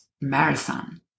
marathon